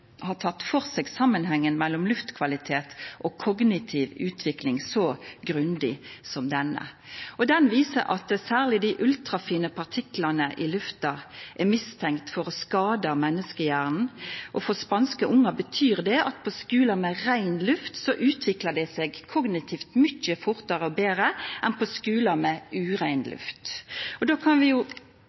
har teke for seg samanhengen mellom luftkvalitet og kognitiv utvikling så grundig som denne. Den viser at særleg dei ultrafine partiklane i lufta er mistenkte for å skada menneskehjernen. For spanske ungar betyr det at på skular med rein luft utviklar dei seg kognitivt mykje fortare og betre enn på skular med urein luft. Då kan vi